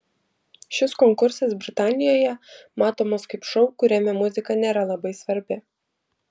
šis konkursas britanijoje matomas kaip šou kuriame muzika nėra labai svarbi